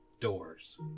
doors